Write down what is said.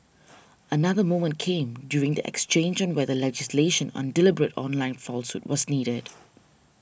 another moment came during the exchange on whether legislation on deliberate online falsehood was needed